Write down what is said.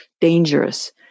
dangerous